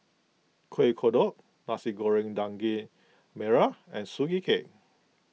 Kuih Kodok Nasi Goreng Daging Merah and Sugee Cake